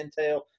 intel